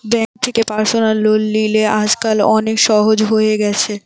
bank থেকে personal loan লিলে আজকাল অনেক সহজ হয়ে গেছে